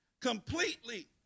completely